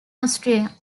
austria